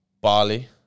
Bali